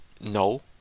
no